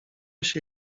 się